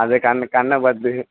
அது கண் கண்ணை பார்த்து